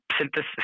synthesis